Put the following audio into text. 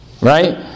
Right